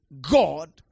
God